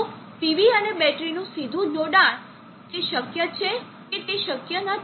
તો PV અને બેટરીનું સીધું જોડાણ તે શક્ય છે કે તે શક્ય નથી